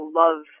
love